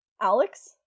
Alex